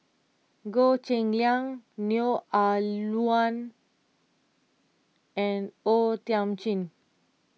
Goh Cheng Liang Neo Ah Luan and O Thiam Chin